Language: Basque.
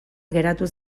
geratu